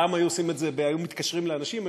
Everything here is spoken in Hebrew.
פעם היו מתקשרים לאנשים,